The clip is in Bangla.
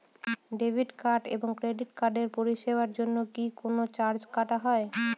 ডেবিট কার্ড এবং ক্রেডিট কার্ডের পরিষেবার জন্য কি কোন চার্জ কাটা হয়?